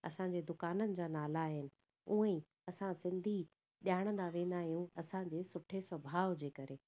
असांजे दुकाननि जा नाला आहिनि उहे असां सिंधी सुञाणंदा वेंदा आहियूं असांजे सुठे सुभाउ जे करे